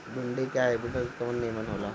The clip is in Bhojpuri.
भिन्डी के हाइब्रिड कवन नीमन हो ला?